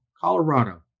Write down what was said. Colorado